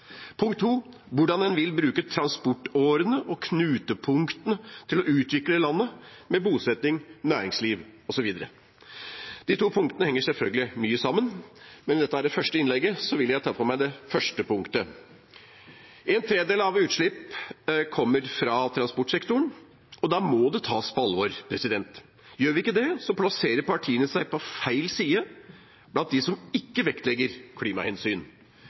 hvordan en vil bruke transportårene og knutepunktene til å utvikle landet, med bosetting, næringsliv osv. Disse to punktene henger selvfølgelig mye sammen, men i dette første innlegget vil jeg ta for meg det første punktet. En tredjedel av utslippene kommer fra transportsektoren, og da må det tas på alvor. Gjør vi ikke det, plasserer partiene seg på feil side, blant dem som ikke vektlegger klimahensyn.